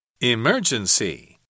Emergency